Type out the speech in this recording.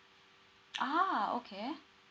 ah okay